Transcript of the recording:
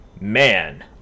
man